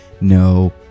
no